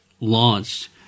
launched